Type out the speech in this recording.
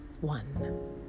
One